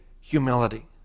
humility